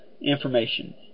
information